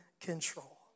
control